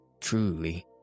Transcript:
Truly